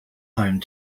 home